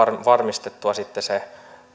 varmistettua sitten se